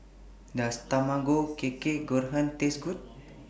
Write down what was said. Does Tamago Kake Gohan Taste Good